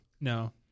no